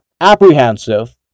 apprehensive